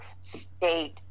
state